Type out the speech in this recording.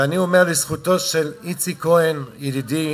ואני אומר לזכותו של איציק כהן, ידידי,